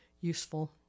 useful